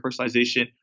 personalization